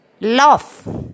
love